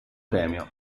premio